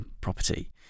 property